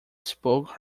spoke